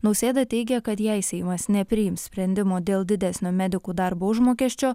nausėda teigia kad jei seimas nepriims sprendimo dėl didesnio medikų darbo užmokesčio